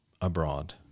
abroad